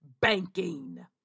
Banking